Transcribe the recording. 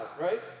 right